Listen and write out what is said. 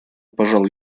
пожал